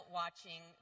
watching